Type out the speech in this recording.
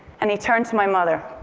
and he turned to my mother,